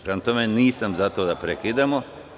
Prema tome, nisam za to da prekidamo.